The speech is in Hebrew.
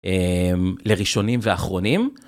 לראשונים ואחרונים.